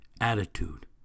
attitude